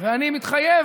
אני מתחייב,